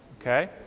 Okay